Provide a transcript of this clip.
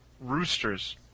Roosters